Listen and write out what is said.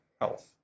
health